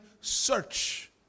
search